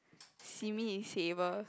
simi saver